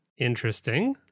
Interesting